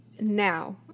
Now